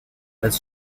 als